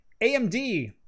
AMD